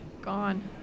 Gone